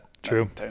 True